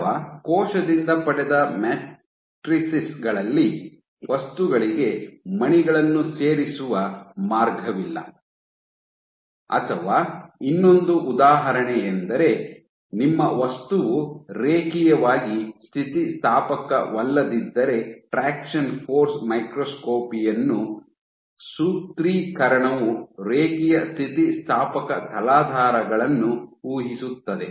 ಅಥವಾ ಕೋಶದಿಂದ ಪಡೆದ ಮ್ಯಾಟ್ರಿಸೈಸ್ ಗಳಲ್ಲಿ ವಸ್ತುಗಳಿಗೆ ಮಣಿಗಳನ್ನು ಸೇರಿಸುವ ಮಾರ್ಗವಿಲ್ಲ ಅಥವಾ ಇನ್ನೊಂದು ಉದಾಹರಣೆಯೆಂದರೆ ನಿಮ್ಮ ವಸ್ತುವು ರೇಖೀಯವಾಗಿ ಸ್ಥಿತಿಸ್ಥಾಪಕವಲ್ಲದಿದ್ದರೆ ಟ್ರಾಕ್ಷನ್ ಫೋರ್ಸ್ ಮೈಕ್ರೋಸ್ಕೋಪಿ ಯನ್ನು ಸೂತ್ರೀಕರಣವು ರೇಖೀಯ ಸ್ಥಿತಿಸ್ಥಾಪಕ ತಲಾಧಾರಗಳನ್ನು ಊಹಿಸುತ್ತದೆ